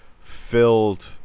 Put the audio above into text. filled